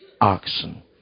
oxen